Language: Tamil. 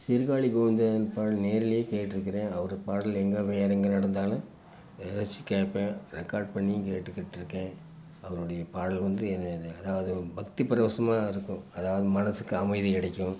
சீர்காழி கோவிந்தன் பாடல் நேர்லேயே கேட்டிருக்குறேன் அவர் பாடல் எங்கே போய் இறங்கி நடந்தாலும் ரசித்து கேட்பேன் ரெக்கார்ட் பண்ணியும் கேட்டுக்கிட்டிருக்கேன் அவருடைய பாடல் வந்து என்ன அதாவது பக்தி பரவசமாக இருக்கும் அதாவது மனதுக்கு அமைதி கிடைக்கும்